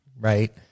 right